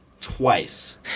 twice